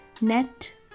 net